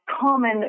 common